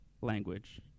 language